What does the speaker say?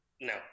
no